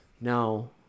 No